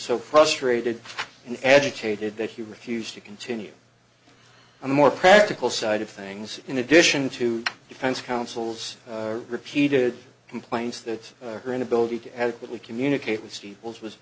so frustrated and agitated that he refused to continue a more practical side of things in addition to defense counsel's repeated complaints that her inability to adequately communicate with steeples was